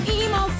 emo